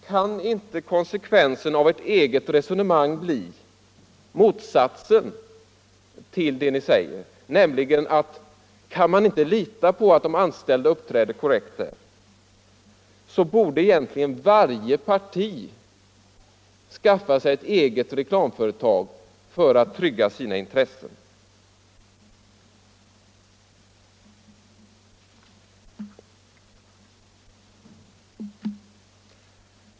Kan inte konsekvensen av ert eget resonemang bli motsatsen till det ni säger? Kan man inte lita på att de anställda uppträder korrekt, borde egentligen varje parti skaffa sig ett eget reklamföretag för att trygga sina intressen.